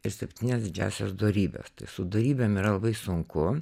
ir septynias didžiąsias dorybes su dorybėm yra labai sunku